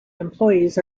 employees